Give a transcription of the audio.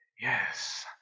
Yes